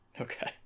Okay